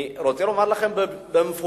אני רוצה לומר לכם במפורש: